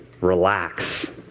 Relax